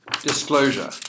disclosure